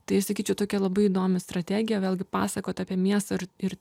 tai aš sakyčiau tokia labai įdomi strategija vėlgi pasakot apie miestą ir ir